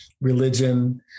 religion